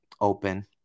open